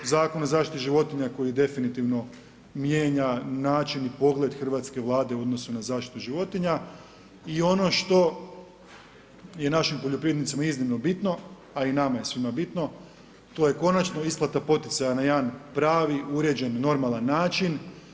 Zakon o zaštiti životinja koji definitivno mijenja način i pogled hrvatske Vlade u odnosu na zaštitu životinja i ono što je našim poljoprivrednicima izuzetno bitno, a i nama je svima bitno, to je konačno isplata poticaja na jedan, pravi, uređen, normalan način.